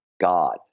God